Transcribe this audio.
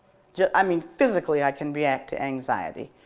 yeah i mean physically, i can react to anxiety.